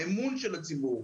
האמון של הציבור,